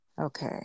Okay